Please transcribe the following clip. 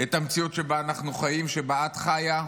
את המציאות שבה אנחנו חיים, שבה את חיה,